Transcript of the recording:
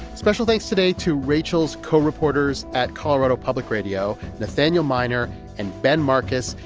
special thanks today to rachel's co-reporters at colorado public radio, nathaniel minor and ben markus.